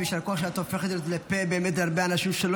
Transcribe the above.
ויישר כוח שאת הופכת לפה באמת להרבה אנשים שלא